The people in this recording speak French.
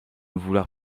vouloir